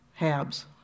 habs